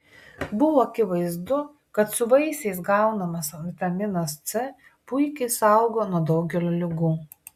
buvo akivaizdu kad su vaisiais gaunamas vitaminas c puikiai saugo nuo daugelio ligų